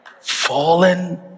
Fallen